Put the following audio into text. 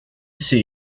see